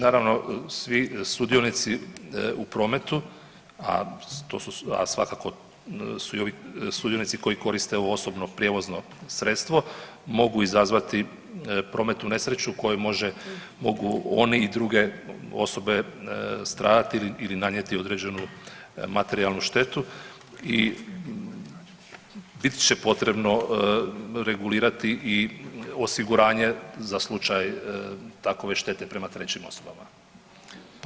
Naravno, svi sudionici u prometu, a to su, svakako su i ovi sudionici koji koriste ovo osobno prijevozno sredstvo mogu izazvati prometnu nesreću koji može, mogu oni i druge osobe stradati ili nanijeti određenu materijalnu štetu i bit će potrebno regulirati i osiguranje za slučaj takove štete prema trećim osobama.